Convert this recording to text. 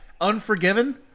Unforgiven